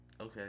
Okay